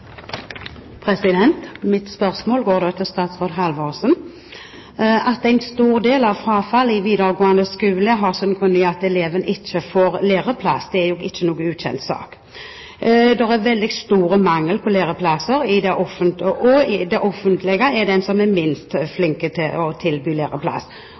oppfølgingsspørsmål. Mitt spørsmål går da til statsråd Halvorsen. At en stor del av frafallet i videregående skole skyldes at eleven ikke får læreplass, er ikke noen ukjent sak. Det er veldig stor mangel på læreplasser, og det offentlige er de som er minst